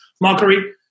mockery